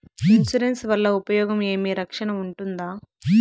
Insurance వల్ల ఉపయోగం ఏమి? రక్షణ ఉంటుందా?